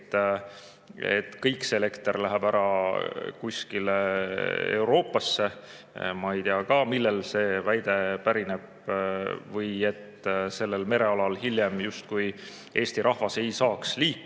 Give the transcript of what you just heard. et kõik see elekter läheb ära kuskile Euroopasse – ma ei tea ka, millel see väide põhineb. Või et sellel merealal hiljem Eesti rahvas justkui ei saa liikuda